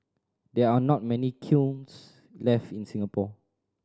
there are not many kilns left in Singapore